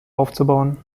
aufzubauen